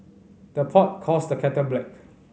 the pot calls the kettle black